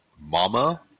Mama